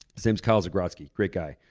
his name's kyle zagrodzky, great guy.